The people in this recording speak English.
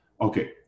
Okay